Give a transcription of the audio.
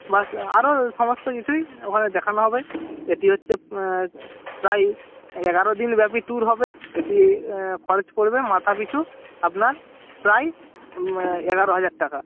বাস্ আরো সমস্ত কিছুই ওখানে দেখানো হবে এটি হচ্ছে প্রায়ই এগারো দিন ব্যাপী ট্যুর হবে এটি খরচ পড়বে মাথা পিছু আপনার প্রায় এগারো হাজার টাকা